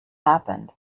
happened